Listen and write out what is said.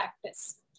practice